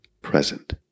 present